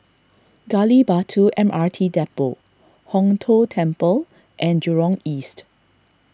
Gali Batu M R T Depot Hong Tho Temple and Jurong East